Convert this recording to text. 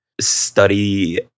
study